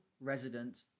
Resident